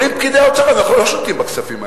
אומרים פקידי האוצר: אנחנו לא שולטים בכספים האלה,